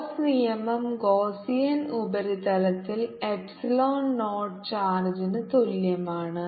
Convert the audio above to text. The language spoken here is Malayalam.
ഗോസ്സ് നിയമം ഗോസ്സ്സിയൻ ഉപരിതലത്തിൽ എപ്സിലോൺ നോട്ട് ചാർജ്ജ് ന് തുല്യമാണ്